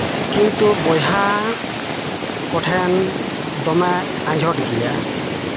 ᱠᱤᱱᱛᱩ ᱵᱚᱭᱦᱟ ᱠᱚᱴᱷᱮᱱ ᱫᱚᱢᱮ ᱟᱸᱡᱷᱟᱴ ᱜᱮᱭᱟ